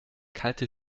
kalte